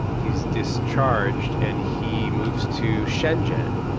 he's discharged, and he moves to shenzhen.